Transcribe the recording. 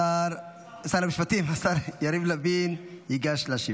שר המשפטים יריב לוין ייגש להשיב.